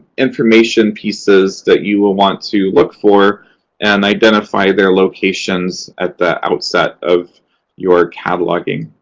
information pieces that you will want to look for and identify their locations at the outset of your cataloging.